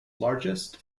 largest